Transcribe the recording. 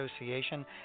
association